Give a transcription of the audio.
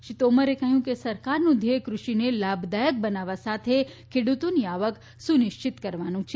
શ્રી તોમરે કહ્યું કે સરકારનું ધ્યેય કૃષિને લાભદાયક બનાવવા સાથે ખેડૂતોની આવક સુનિશ્ચિત કરવાનું છે